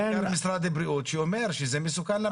שמענו את משרד הבריאות שאומר שזה מסוכן לבריאות.